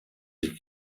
ich